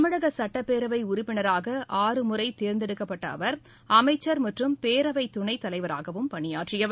தமிழக சுட்டப்பேரவை உறுப்பினராக ஆறு முறை தேர்ந்தெடுக்கப்பட்ட அவர் அமைச்சர் மற்றும் பேரவைத் துணைத் தலைவராகவும் பணியாற்றியவர்